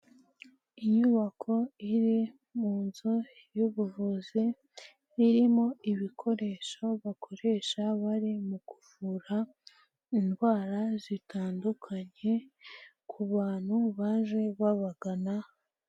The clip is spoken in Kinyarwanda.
Inyubako iri mu nzu y'ubuvuzi, irimo ibikoresho bakoresha bari mu kuvura indwara zitandukanye ku bantu baje babagana.